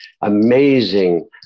amazing